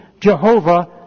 Jehovah